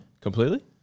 Completely